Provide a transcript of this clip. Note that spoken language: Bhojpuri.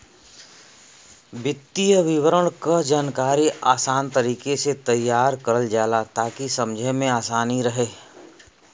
वित्तीय विवरण क जानकारी आसान तरीके से तैयार करल जाला ताकि समझे में आसानी रहे